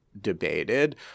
debated